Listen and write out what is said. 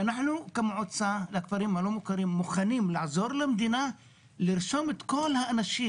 ואנחנו כמועצה לכפרים הלא מוכרים מוכנים לעזור למדינה לרשום את כל האנשים